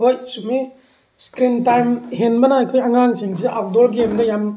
ꯍꯣꯏ ꯆꯨꯝꯃꯤ screen time ꯍꯦꯟꯕꯅ ꯑꯩꯈꯣꯏ ꯑꯉꯥꯡꯁꯤꯡꯁꯤ ꯑꯥꯎꯠꯗꯣꯔ ꯒꯦꯝꯗ ꯌꯥꯝ